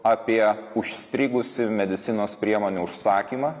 apie užstrigusį medicinos priemonių užsakymą